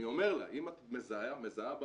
אני אומר לה 'אם את מזהה בעיה',